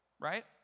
right